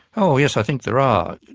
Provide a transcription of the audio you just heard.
oh, yes, i think there are. and